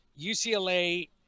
UCLA